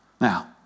Now